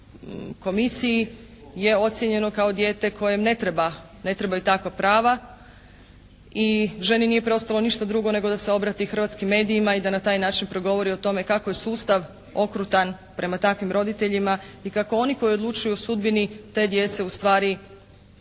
na komisiji je ocijenjeno kao dijete kojem ne treba, ne trebaju takva prava i ženi nije preostalo ništa drugo nego da se obrati hrvatskim medijima i da na taj način progovori o tome kako je sustav okrutan prema takvim roditeljima i kako oni koji odlučuju u sudbini te djece ustvari često